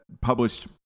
published